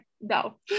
No